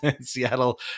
Seattle